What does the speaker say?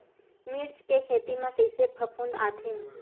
मिर्च के खेती म कइसे फफूंद आथे?